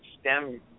STEM